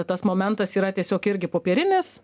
tas momentas yra tiesiog irgi popierinis